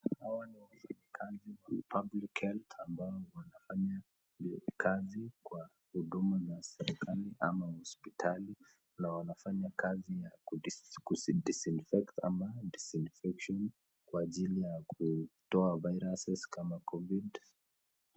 Hawa ni wafanyikazi wa public health, ambao wanafanya kazi kwa huduma za serikali ama hospitali, na wanafanya kazi ya [kudisinfect] ama disinfection , kwa ajiri ya kutoa viruses kama covid.